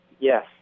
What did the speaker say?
Yes